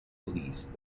police